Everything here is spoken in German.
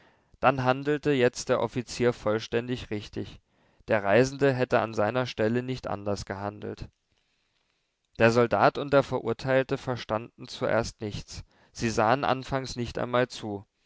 dann handelte jetzt der offizier vollständig richtig der reisende hätte an seiner stelle nicht anders gehandelt der soldat und der verurteilte verstanden zuerst nichts sie sahen anfangs nicht einmal zu